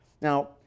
Now